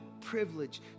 privilege